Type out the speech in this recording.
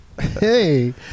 Hey